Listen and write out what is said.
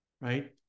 right